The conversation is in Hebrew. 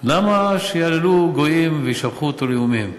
למה שיהללוהו גויים וישבחו אותו לאומים?